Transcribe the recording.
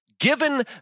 Given